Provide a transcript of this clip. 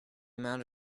amount